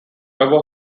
ever